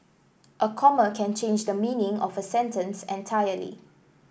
a comma can change the meaning of a sentence entirely